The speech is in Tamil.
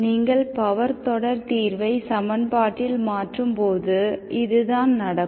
நீங்கள் பவர் தொடர் தீர்வை சமன்பாட்டில் மாற்றும்போது இதுதான் நடக்கும்